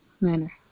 manner